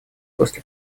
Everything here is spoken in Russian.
после